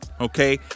Okay